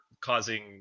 causing